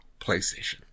PlayStation